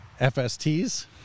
FSTs